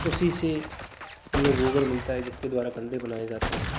उसी से हमें गोबर मिलता है जिसके द्वारा कंडे बनाए जाते हैं